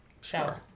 sure